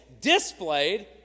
displayed